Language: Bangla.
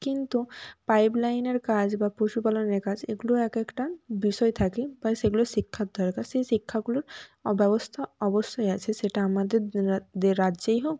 কিন্তু পাইপলাইনের কাজ বা পশুপালনের কাজ এগুলো এক একটা বিষয় থাকে বা সেগুলো শিক্ষার দরকার সেই শিক্ষাগুলোর অব্যবস্থা অবশ্যই আছে সেটা আমাদের দের রাজ্যেই হোক